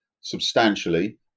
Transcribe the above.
substantially